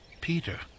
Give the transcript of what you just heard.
Peter